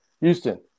Houston